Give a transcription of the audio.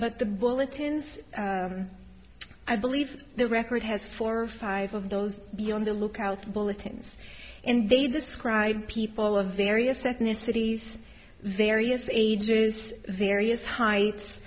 but the bulletins i believe the record has four or five of those be on the lookout bulletins and they describe people of various ethnicity various ages various heights